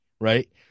right